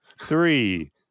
three